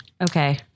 Okay